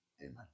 amen